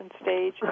stage